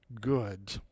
good